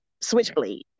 switchblade